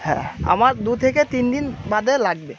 হ্যাঁ আমার দু থেকে তিন দিন বাদে লাগবে